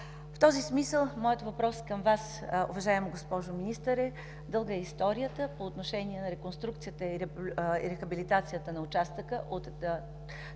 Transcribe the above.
В този смисъл моят въпрос към Вас, уважаема госпожо Министър, е – дълга е историята по отношение на реконструкцията и рехабилитацията на участъка от този